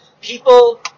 People